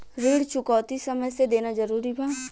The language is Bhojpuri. ऋण चुकौती समय से देना जरूरी बा?